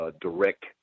direct